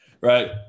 Right